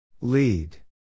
Lead